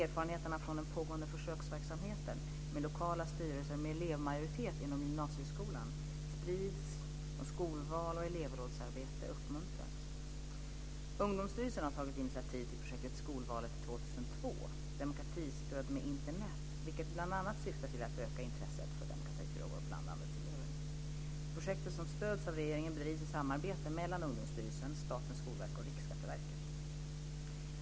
Erfarenheterna från den pågående försöksverksamheten med lokala styrelser med elevmajoritet inom gymnasieskolan sprids, och skolval och elevrådsarbete uppmuntras. Ungdomsstyrelsen har tagit initiativ till projektet Skolvalet 2002 - demokratistöd med Internet, vilket bl.a. syftar till att öka intresset för demokratifrågor bland landets elever. Projektet, som stöds av regeringen, bedrivs i samarbete mellan Ungdomsstyrelsen, Statens skolverk och Riksskatteverket.